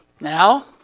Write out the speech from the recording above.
Now